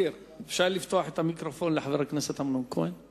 לא נעבור את מושב החורף בלי זה.